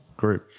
great